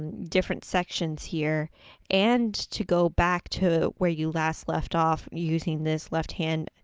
and different sections here and to go back to where you last left off using this left-hand